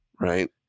right